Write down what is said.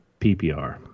PPR